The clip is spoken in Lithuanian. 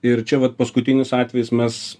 ir čia vat paskutinis atvejis mes